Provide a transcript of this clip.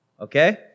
Okay